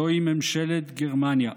זוהי ממשלת גרמניה.